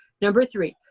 number three.